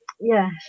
yes